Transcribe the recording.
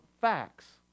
facts